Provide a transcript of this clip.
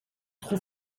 trop